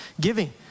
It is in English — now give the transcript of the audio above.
giving